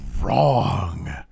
wrong